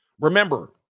remember